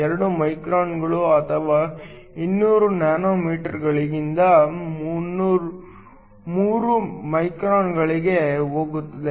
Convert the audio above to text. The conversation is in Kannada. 2 ಮೈಕ್ರಾನ್ಗಳು ಅಥವಾ 200 ನ್ಯಾನೊಮೀಟರ್ಗಳಿಂದ 3 ಮೈಕ್ರಾನ್ಗಳಿಗೆ ಹೋಗುತ್ತದೆ